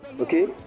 okay